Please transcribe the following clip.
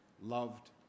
loved